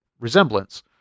resemblance